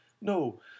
No